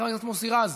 חבר הכנסת מוסי רז,